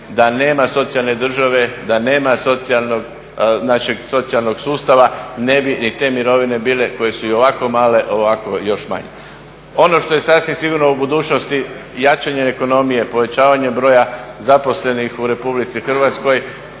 da nema socijalne države, da nema socijalnog našeg socijalnog sustava ne bi ni te mirovine bile koje su i ovako male ovako još manje. Ono što je sasvim sigurno u budućnosti jačanje ekonomije, povećavanje broja zaposlenih u Republici Hrvatskoj,